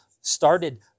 started